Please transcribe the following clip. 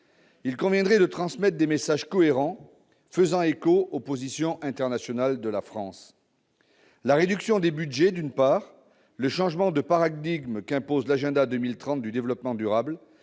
Il convient de transmettre des messages cohérents qui font écho aux positions internationales de la France. La réduction des budgets, d'une part, le changement de paradigme qu'impose l'Agenda 2030 du développement durable,